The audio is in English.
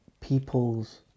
people's